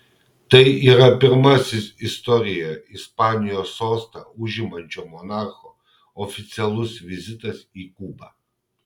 tai yra pirmasis istorijoje ispanijos sostą užimančio monarcho oficialus vizitas į kubą